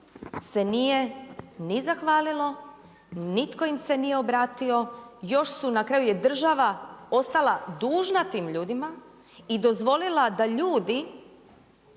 se nije ni zahvalilo, nitko im se nije obratio. Još su, na kraju je država ostala dužna tim ljudima i dozvolila da ljudi